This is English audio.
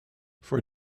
for